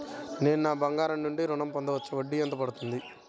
నేను బంగారం నుండి ఋణం పొందవచ్చా? వడ్డీ ఎంత పడుతుంది?